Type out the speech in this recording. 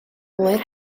oer